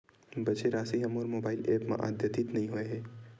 बचे राशि हा मोर मोबाइल ऐप मा आद्यतित नै होए हे